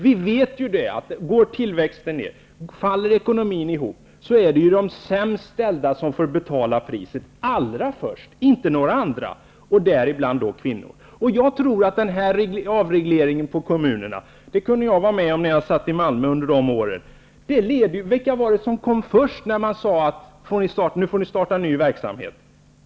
Vi vet att om tillväxten går ner, då faller ekonomin ihop. Då är det de sämst ställda som får betala priset allra först -- inte några andra -- och däribland kvinnor. Jag var med i Malmö under avregleringen av kommunerna. När vi sade: Nu får ni starta ny verksamhet, nu har ni möjlighet -- vilka var det då som kom först?